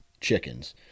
chickens